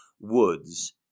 Woods